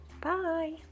bye